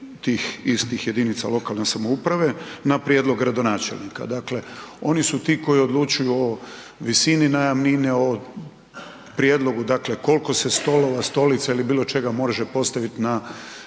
istih jedinica lokalne samouprave na prijedlog gradonačelnika. Dakle, oni su ti koji odlučuju o visini najamnine, o prijedlogu koliko se stolova, stolica bilo čega može postaviti na